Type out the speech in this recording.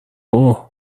اوه